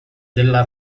della